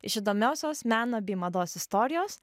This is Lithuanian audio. iš įdomiosios meno bei mados istorijos